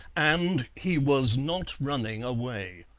and he was not running away.